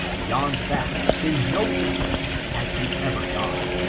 beyond that, in no instance, has he ever gone.